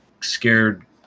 scared